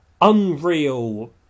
unreal